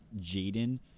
Jaden